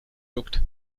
juckt